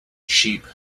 cheap